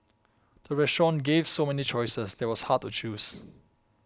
the restaurant gave so many choices that it was hard to choose